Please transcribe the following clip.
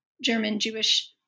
German-Jewish